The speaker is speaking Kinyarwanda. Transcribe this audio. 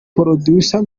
producer